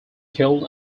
killed